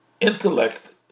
Intellect